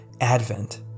Advent